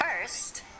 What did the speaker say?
First